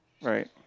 Right